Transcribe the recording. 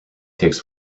takes